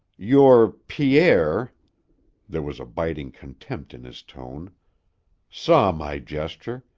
your pierre there was a biting contempt in his tone saw my gesture,